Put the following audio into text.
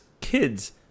kids